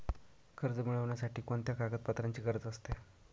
कर्ज मिळविण्यासाठी कोणत्या कागदपत्रांची गरज असते?